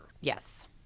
Yes